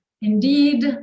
indeed